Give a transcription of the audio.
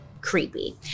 Creepy